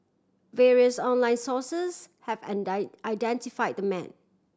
various online sources have identify the man